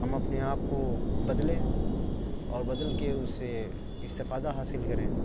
ہم اپنے آپ کو بدلیں اور بدل کے اس سے استفادہ حاصل کریں